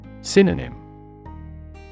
Synonym